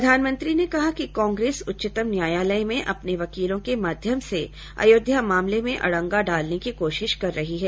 प्रधानमंत्री ने कहा कि कांग्रेस उच्चतम न्यायालय में अपने वकीलों के माध्यम से अयोध्या मामले में अड़ंगा डालने की कोशिश कर रही है